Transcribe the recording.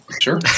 Sure